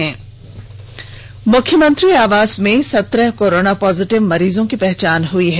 CM मुख्यमंत्री आवास में सत्रह कोरोना पॉजिटिव मरीजों की पहचान हुई है